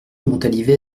montalivet